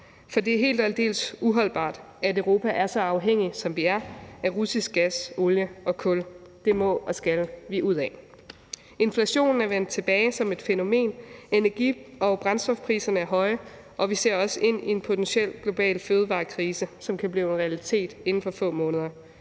for det er helt og aldeles uholdbart, at vi i Europa er så afhængige, som vi er, af russisk gas, olie og kul. Det må og skal vi ud af. Inflationen er vendt tilbage som et fænomen. Energi- og brændstofpriserne er høje, og vi ser også ind i en potentiel global fødevarekrise, som kan blive en realitet inden for få måneder.